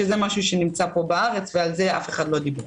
שזה משהו שנמצא פה בארץ ועל זה אף אחד לא דיבר.